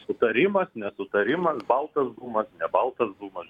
sutarimas nesutarimas baltas dūmas ne baltas dūmas